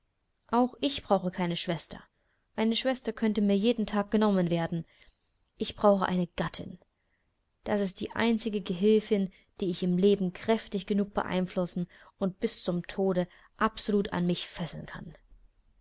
auch ich brauche keine schwester eine schwester könnte mir jeden tag genommen werden ich brauche eine gattin das ist die einzige gehilfin die ich im leben kräftig genug beeinflussen und bis zum tode absolut an mich fesseln kann